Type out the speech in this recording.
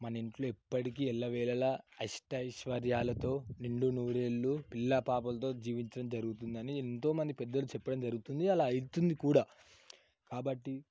మన ఇంట్లో ఎప్పటికీ ఎల్లవేళలా అష్టైశ్వర్యాలతో నిండు నూరేళ్లు పిల్ల పాపలతో జీవించడం జరుగుతుందని ఎంతోమంది పెద్దలు చెప్పడం జరుగుతుంది అలా అయితుంది కూడా కాబట్టి